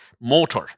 motor